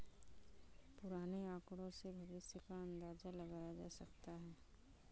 पुराने आकड़ों से भविष्य का अंदाजा लगाया जा सकता है